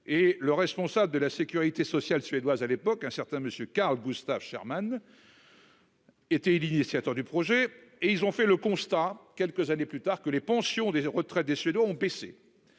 le responsable de la Sécurité sociale suédoise à l'époque un certain monsieur Karl Gustaf Scherman. Était-il initiateur du projet et ils ont fait le constat, quelques années plus tard que les pensions des retraités suédois ont PC.